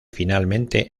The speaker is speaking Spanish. finalmente